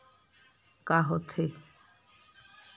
का होथे?